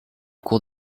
cours